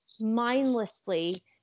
mindlessly